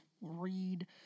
read